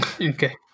Okay